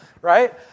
right